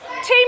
Team